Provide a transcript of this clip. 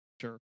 Sure